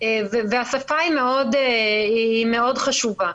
השפה מאוד חשובה.